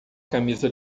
camisa